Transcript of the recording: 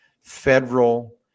federal